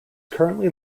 currently